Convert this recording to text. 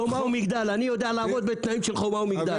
חומה ומגדל אני יודע לעבוד בתנאים של חומה ומגדל.